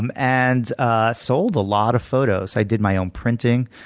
um and ah sold a lot of photos. i did my own printing.